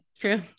True